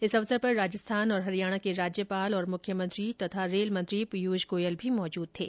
इस अवसर पर राजस्थान और हरियाणा के राज्यपाल और मुख्यमंत्री तथा रेलमंत्री पीयूष गोयल भी मौजूद थे